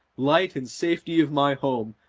light and safety of my home,